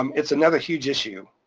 um it's another huge issue,